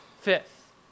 Fifth